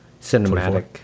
cinematic